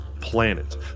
planet